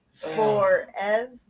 Forever